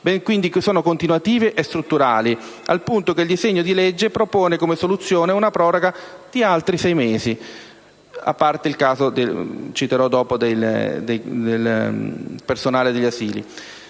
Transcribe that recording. bensì continuative e strutturali, al punto che il provvedimento propone come soluzione una proroga di altri sei mesi (a parte il caso del personale degli asili),